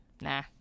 nah